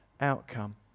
outcome